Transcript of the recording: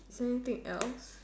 is there anything else